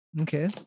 Okay